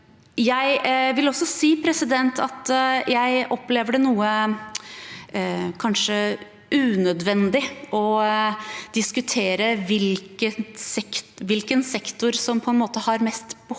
Jeg vil også si at jeg opplever det noe unødvendig, kanskje, å diskutere hvilken sektor som har mest behov